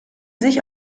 sich